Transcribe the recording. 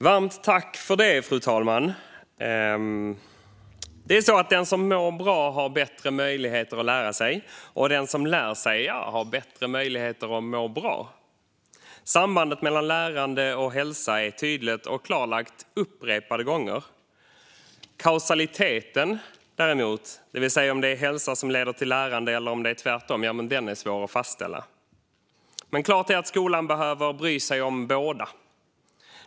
Fru talman! Den som mår bra har bättre möjligheter att lära sig, och den som lär sig har bättre möjligheter att må bra. Sambandet mellan lärande och hälsa är tydligt och klarlagt upprepade gånger. Kausaliteten, om det är hälsa som leder till lärande eller tvärtom, är däremot svår att fastställa. Klart är dock att skolan behöver bry sig om båda.